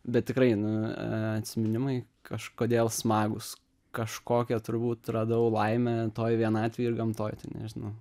bet tikrai nu atsiminimai kažkodėl smagūs kažkokią turbūt radau laimę toj vienatvėj ir gamtoj tai nežinau